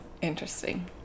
interesting